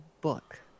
book